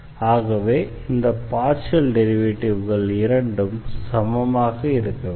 ஆகவே இந்த பார்ஷியல் டெரிவேட்டிவ்கள் இரண்டும் சமமாக இருக்க வேண்டும்